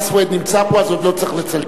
חנא סוייד נמצא פה אז עוד לא צריך לצלצל,